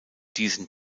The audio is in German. diesen